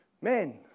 Men